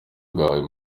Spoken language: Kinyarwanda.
bwahawe